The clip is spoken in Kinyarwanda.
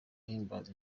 ihimbaza